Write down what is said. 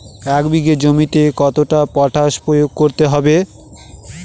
এক বিঘে জমিতে কতটা পটাশ প্রয়োগ করতে হবে?